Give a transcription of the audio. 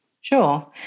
Sure